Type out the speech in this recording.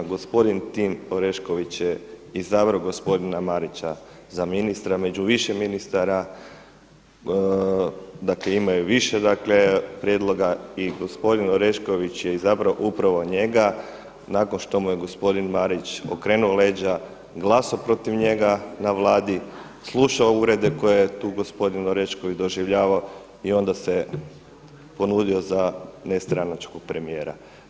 Gospodin Tim Orešković je izabrao gospodina Marića za ministra među više ministara, dakle imao je više prijedloga i gospodin Orešković je izabrao upravo njega nakon što mu je gospodin Marić okrenuo leđa, glasao protiv njega na Vladi, slušao uvrede koje je tu gospodin Orešković doživljavao i onda se ponudio za nestranačkog premijera.